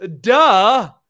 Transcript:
Duh